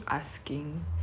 can cancel lor